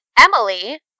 Emily